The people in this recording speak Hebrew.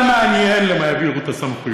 הדיון כאן הוא לאן יעבירו את הסמכויות.